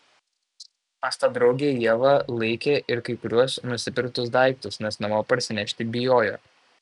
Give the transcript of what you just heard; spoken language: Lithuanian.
pas tą draugę ieva laikė ir kai kuriuos nusipirktus daiktus nes namo parsinešti bijojo